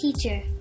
teacher